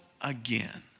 again